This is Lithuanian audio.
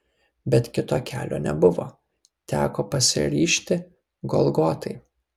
bet kito kelio nebuvo teko pasiryžti golgotai